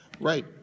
Right